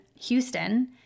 Houston